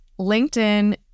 LinkedIn